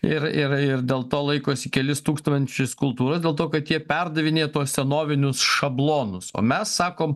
ir ir ir dėl to laikosi kelis tūkstančius kultūros dėl to kad jie perdavinėja tuo senovinius šablonus o mes sakom